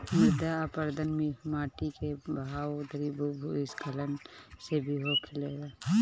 मृदा अपरदन माटी के बहाव अउरी भू स्खलन से भी होखेला